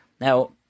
Now